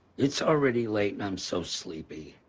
it's already late and i'm so sleepy.